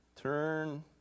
Turn